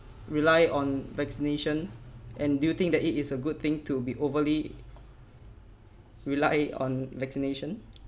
rely on vaccination and do you think that it is a good thing to be overly rely on vaccination